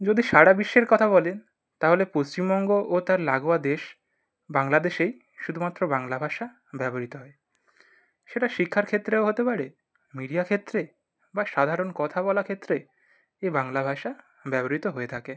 যদি সারা বিশ্বের কথা বলেন তাহলে পশ্চিমবঙ্গ ও তার লাগোয়া দেশ বাংলা দেশেই শুধুমাত্র বাংলা ভাষা ব্যবহৃত হয় সেটা শিক্ষার ক্ষেত্রেও হতে পারে মিডিয়া ক্ষেত্রে বা সাধারণ কথা বলা ক্ষেত্রে এ বাংলা ভাষা ব্যবহৃত হয়ে থাকি